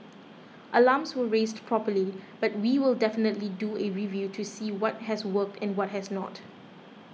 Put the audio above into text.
alarms were raised properly but we will definitely do a review to see what has worked and what has not